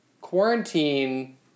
quarantine